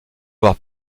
voir